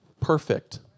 perfect